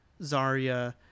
Zarya